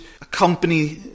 accompany